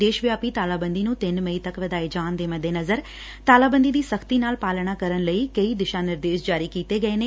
ਦੇਸ਼ ਵਿਆਪੀ ਤਾਲਾਬੰਦੀ ਨੂੰ ਤਿੰਨ ਮਈ ਤੱਕ ਵਧਾਏ ਜਾਣ ਦੇ ਮੱਦੇਨਜਰ ਤਾਲਾਬੰਦੀ ਦੀ ਸਖਤੀ ਨਾਲ ਪਾਲਣਾ ਕਰਨ ਲਈ ਕਈ ਦਿਸ਼ਾ ਨਿਰਦੇਸ਼ ਜਾਰੀ ਕੀਤੇ ਗਏ ਨੇ